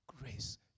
grace